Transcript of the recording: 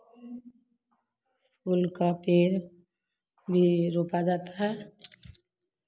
उनका पेड़ भी रोपा जाता है